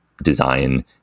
design